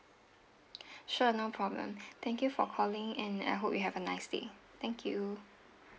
sure no problem thank you for calling and I hope you have a nice day thank you